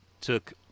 Took